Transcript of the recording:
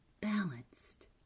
balanced